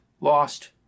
lost